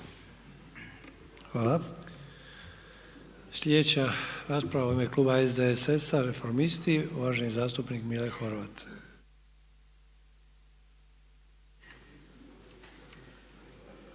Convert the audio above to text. Hvala. Sljedeća rasprava u ime kluba SDSS-a, Reformisti, uvaženi zastupnik Mile Horvat.